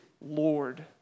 Lord